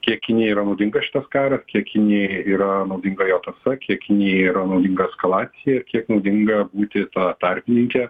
kiek kinijai yra naudingas šitas karas kiek kinijai yra naudinga jo tąsa kiek kinijai yra naudinga eskalacija ir kiek naudinga būti ta tarpininke